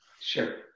sure